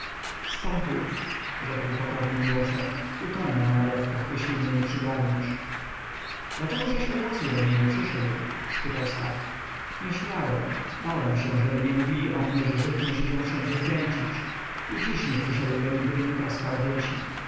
stachu rzekł pokornym głosem utonę na nalewkach jeżeli mnie nie przygarniesz dlaczegożeś odrazu do mnie nie przyszedł spytał stach nie śmiałem bałem się żeby nie mówili o mnie że żyd musi się wszędzie wkręcić i dziś nie przyszedłbym gdyby nie troska o dzieci